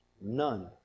None